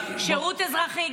שירות אזרחי.